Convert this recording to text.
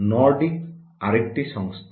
Nordic আরেকটি সংস্থা